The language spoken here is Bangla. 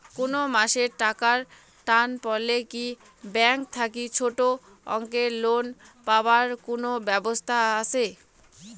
কুনো মাসে টাকার টান পড়লে কি ব্যাংক থাকি ছোটো অঙ্কের লোন পাবার কুনো ব্যাবস্থা আছে?